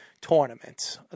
tournaments